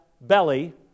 belly